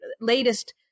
latest